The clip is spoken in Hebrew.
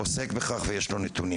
עוסק בכך ויש לו נתונים,